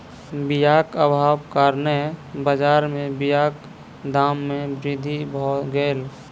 बीयाक अभावक कारणेँ बजार में बीयाक दाम में वृद्धि भअ गेल